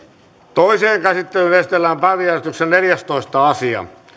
toiseen käsittelyyn esitellään päiväjärjestyksen neljästoista asia